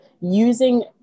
using